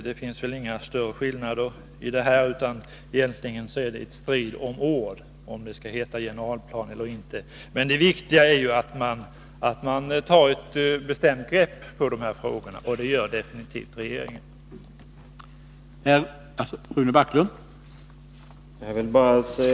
Det finns inga större skillnader mellan oss. Egentligen är det en strid om ord om det skall heta generalplan eller inte. Det viktiga är ju att man tar ett bestämt grepp om dessa frågor, och det gör regeringen absolut.